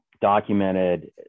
documented